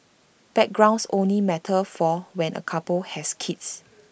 backgrounds only matter for when A couple has kids